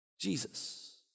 Jesus